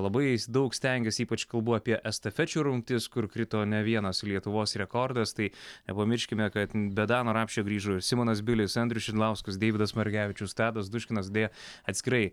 labai s daug stengėsi ypač kalbu apie estafečių rungtis kur krito ne vienas lietuvos rekordas tai nepamirškime kad be dano rapšio grįžo ir simonas bilis andrius šidlauskas deividas margevičius tadas duškinas deja atskirai